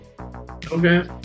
okay